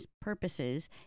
purposes